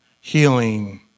healing